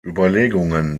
überlegungen